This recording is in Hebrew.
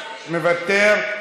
מוותר,